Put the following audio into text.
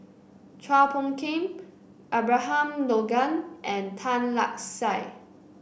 Chua Phung Kim Abraham Logan and Tan Lark Sye